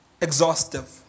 exhaustive